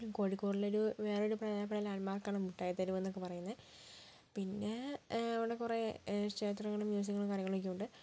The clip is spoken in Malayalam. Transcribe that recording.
കോഴിക്കോടിലെ ഒരു വേറൊരു പ്രധാനപ്പെട്ട ലാൻഡ് മാർക്കാണ് മുട്ടായിത്തെരുവ് എന്നൊക്കെ പറയുന്നത് പിന്നേ അവിടെ കുറെ ക്ഷേത്രങ്ങളും മ്യൂസിയങ്ങളും കാര്യങ്ങളും ഒക്കെയുണ്ട്